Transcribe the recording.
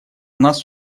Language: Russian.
нас